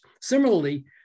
Similarly